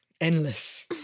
Endless